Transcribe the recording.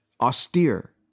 austere